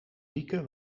lieke